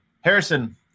Harrison